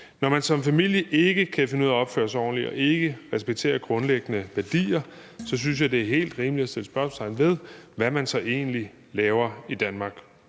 Når man som familie ikke kan finde ud af at opføre sig ordentligt og ikke respekterer grundlæggende værdier, synes jeg det er helt rimeligt at sætte spørgsmålstegn ved, hvad man så egentlig laver i Danmark.